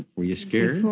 were you scared?